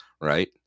right